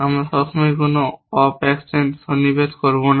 আমরা সবসময় কোনো অপ অ্যাকশন সন্নিবেশ করব না